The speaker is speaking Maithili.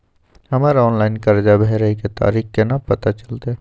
हमर ऑनलाइन कर्जा भरै के तारीख केना पता चलते?